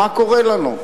מה קורה לנו.